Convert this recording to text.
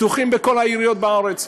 פתוחים בכל העיריות בארץ.